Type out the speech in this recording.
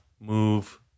move